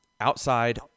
outside